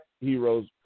heroes